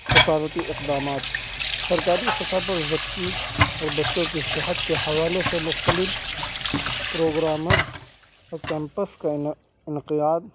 حفاظتی اقدامات سرکاری سطح پر زچگی اور بچوں کی صحت کے حوالے سے مختلف پروگرامز اور کیمپس کا انعقاد